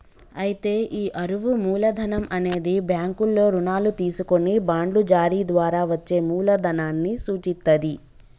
అయితే ఈ అరువు మూలధనం అనేది బ్యాంకుల్లో రుణాలు తీసుకొని బాండ్లు జారీ ద్వారా వచ్చే మూలదనాన్ని సూచిత్తది